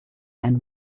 and